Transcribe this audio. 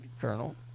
Colonel